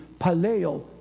Paleo